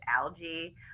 algae